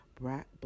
Black